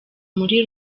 muri